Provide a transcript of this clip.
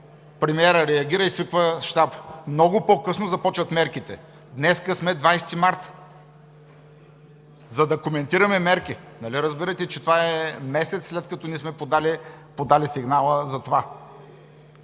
премиерът реагира и свика щаб. Много по-късно започват мерките! Днес сме 20 март 2020 г., за да коментираме мерки!? Нали разбирате, че това е месец, след като сме подали сигнала за това!